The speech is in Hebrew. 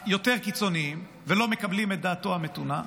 היותר-קיצוניים ולא מקבלים את דעתו המתונה.